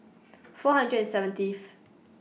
four hundred and seventieth